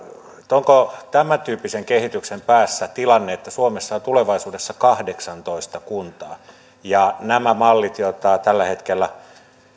onko tämän tyyppisen kehityksen päässä tilanne että suomessa on tulevaisuudessa kahdeksantoista kuntaa ja nämä mallit joita tällä hetkellä